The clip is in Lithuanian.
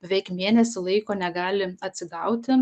beveik mėnesį laiko negali atsigauti